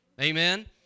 Amen